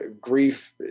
grief